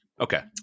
Okay